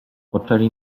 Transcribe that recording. poczęli